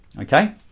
Okay